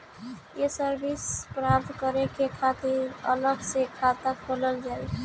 ये सर्विस प्राप्त करे के खातिर अलग से खाता खोलल जाइ?